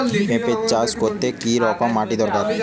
পেঁপে চাষ করতে কি রকম মাটির দরকার?